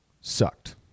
sucked